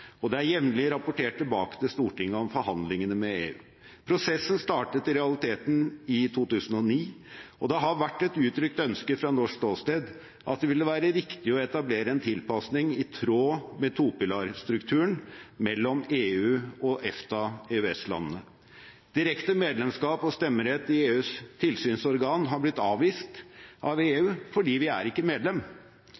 og det er jevnlig rapportert tilbake til Stortinget om forhandlingene med EU. Prosessen startet i realiteten i 2009, og det har vært et uttrykt ønske fra norsk ståsted at det ville være riktig å etablere en tilpasning i tråd med to-pilarstrukturen mellom EU og EFTA/EØS-landene. Direkte medlemskap og stemmerett i EUs tilsynsorgan har blitt avvist av EU